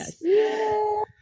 yes